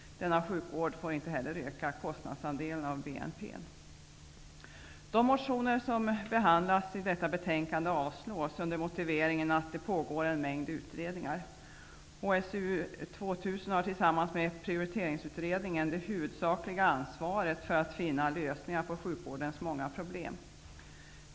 Denna sjukvård får inte heller öka kostnadsandelen av De motioner som behandlas i detta betänkande avslås under motivering att det pågår en mängd utredningar. HSU 2000 har tillsammans med prioriteringsutredningen det huvudsakliga ansvaret för att finna lösningar på sjukvårdens många problem.